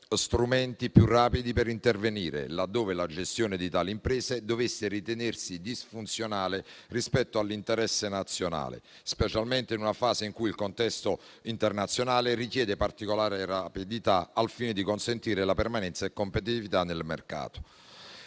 strumenti più rapidi per intervenire laddove la gestione di tali imprese dovesse ritenersi disfunzionale rispetto all'interesse nazionale, specialmente in una fase in cui il contesto internazionale richiede particolare rapidità al fine di consentire la permanenza e la competitività nel mercato.